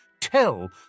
tell